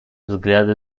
взгляды